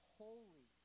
holy